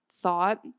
thought